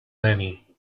lenny